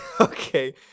okay